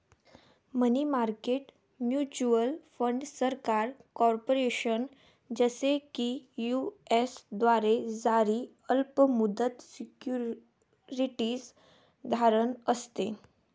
मनी market mutual fund सरकार, corporation, जसे की यू.एस द्वारे जारी अल्प मुदत सिक्युरिटीज धारण असते